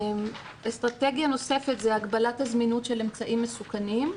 אסטרטגיה נוספת היא הגבלת הזמינות של אמצעים מסוכנים,